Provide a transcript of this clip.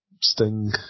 Sting